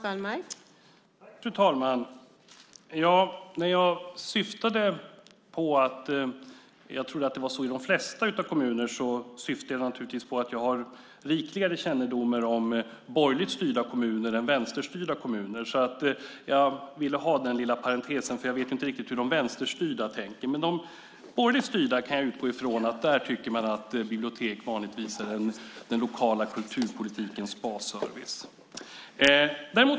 Fru talman! När jag sade att jag tror att det är så i de flesta kommuner syftade jag naturligtvis på att jag har rikligare kännedom om borgerligt styrda kommuner än om vänsterstyrda kommuner. Jag ville göra den lilla parentesen eftersom jag inte vet hur man tänker i de vänsterstyrda. Jag utgår ifrån att man i de borgerligt styrda tycker att biblioteken är den lokala kulturpolitikens basservice.